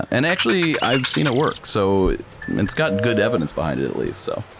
and actually, i've seen it work, so it's got good evidence behind it at least. so